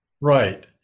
Right